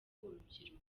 urubyiruko